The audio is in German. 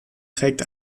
trägt